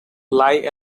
lie